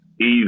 easy